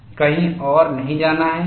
कहीं और नहीं जाना है